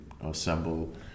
assemble